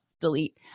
delete